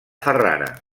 ferrara